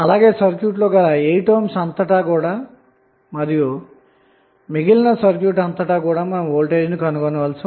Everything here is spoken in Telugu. అలాగే సర్క్యూట్ లో గల 8 ohm అంతటా మరియు మిగిలిన సర్క్యూట్ అంతటా కూడా గల వోల్టేజ్ ను కనుక్కోవాలి